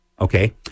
Okay